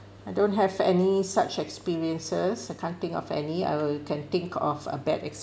I don't have any such experiences I can't think of any I uh can think of a bad ex~